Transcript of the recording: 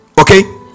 Okay